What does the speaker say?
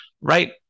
Right